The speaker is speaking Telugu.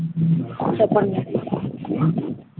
చెప్పండి మేడం